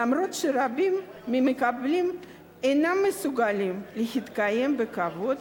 אף-על-פי שרבים ממקבליהן אינם מסוגלים להתקיים בכבוד,